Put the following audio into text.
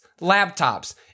laptops